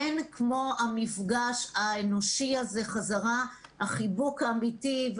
אין כמו המפגש האנושי הזה, החיבוק האמיתי.